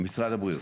משרד הבריאות.